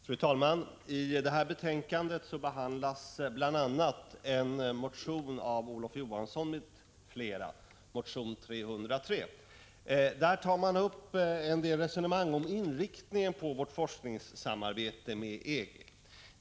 Fru talman! I det här betänkandet behandlas bl.a. en motion av Olof Johansson m.fl., motion 303. Där tar man upp en del resonemang om inriktningen på vårt forskningssamarbete med EG.